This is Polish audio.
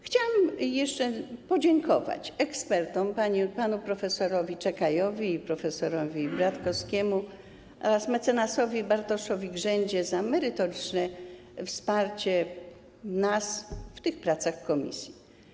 Chciałam jeszcze podziękować ekspertom: prof. Czekajowi, prof. Bratkowskiemu oraz mecenasowi Bartoszowi Grzędzie, za merytoryczne wsparcie nas w tych pracach komisji.